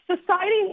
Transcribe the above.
Society